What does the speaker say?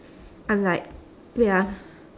I'm like wait ah